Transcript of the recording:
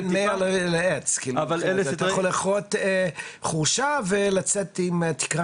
אתה יכול לכרות חורשה ולצאת עם קנס --- כן,